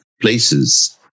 places